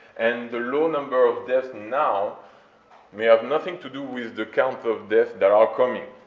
and the low number of deaths now may have nothing to do with the count of death that are coming,